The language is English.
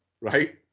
Right